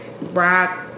rock